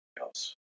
else